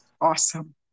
Awesome